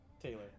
Taylor